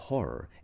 Horror